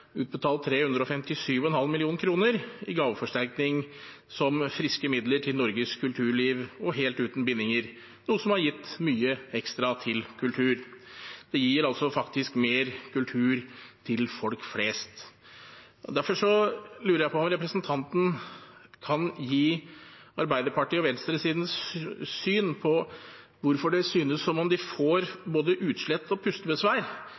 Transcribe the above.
utbetalt 357,5 mill. kr i gaveforsterkning som friske midler til Norges kulturliv og helt uten bindinger, noe som har gitt mye ekstra til kultur. Det gir faktisk mer kultur til folk flest. Derfor lurer jeg på om representanten kan gi Arbeiderpartiets og venstresidens syn på hvorfor det synes som om de får både utslett og pustebesvær når de får høre alle de positive sidene ved